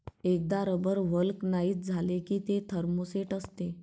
एकदा rubber vulcanise झाले की ते थर्मोसेट असते